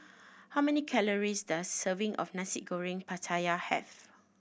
how many calories does a serving of Nasi Goreng Pattaya have